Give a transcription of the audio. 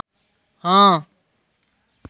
हां